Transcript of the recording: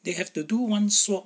they have to do one swab